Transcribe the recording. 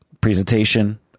presentation